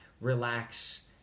relax